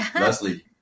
Leslie